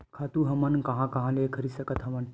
खातु हमन कहां कहा ले खरीद सकत हवन?